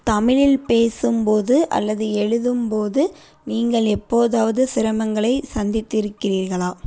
தமிழில் பேசும்போது அல்லது எழுதும்போது நீங்கள் எப்போதாவது சிரமங்களை சந்தித்து இருக்கிறீர்களா